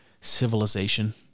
Civilization